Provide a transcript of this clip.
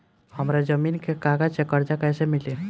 हमरा जमीन के कागज से कर्जा कैसे मिली?